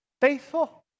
faithful